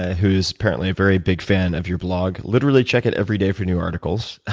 who is apparently a very big fan of your blog literally check it every day for new articles.